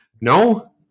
No